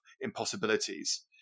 impossibilities